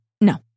No